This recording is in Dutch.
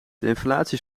inflatie